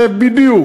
זה בדיוק,